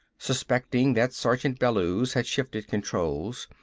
suspecting that sergeant bellews had shifted controls,